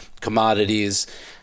Commodities